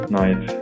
night